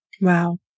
Wow